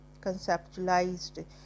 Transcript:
conceptualized